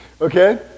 Okay